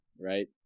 right